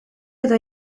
edo